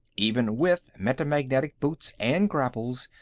even with metamagnetic boots and grapples,